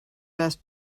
best